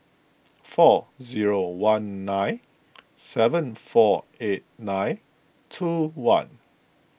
four zero one nine seven four eight nine two one